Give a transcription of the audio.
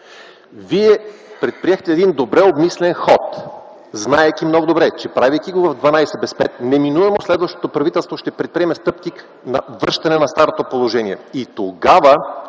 вие предприехте един добре обмислен ход, знаейки много добре, че правейки го в дванадесет без пет, неминуемо следващото правителство ще предприеме стъпки за връщане на старото положение и тогава